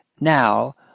now